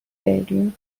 نیقلیون